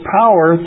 power